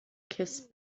kiss